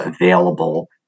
available